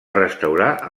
restaurar